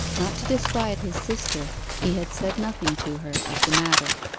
not to disquiet his sister, he had said nothing to her of the matter.